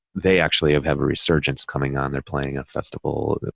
they actually have have a resurgence coming on. they're playing a festival,